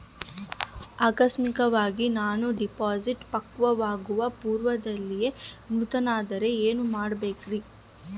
ಆಕಸ್ಮಿಕವಾಗಿ ನಾನು ಡಿಪಾಸಿಟ್ ಪಕ್ವವಾಗುವ ಪೂರ್ವದಲ್ಲಿಯೇ ಮೃತನಾದರೆ ಏನು ಮಾಡಬೇಕ್ರಿ?